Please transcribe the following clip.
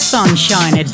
Sunshine